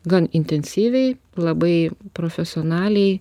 gan intensyviai labai profesionaliai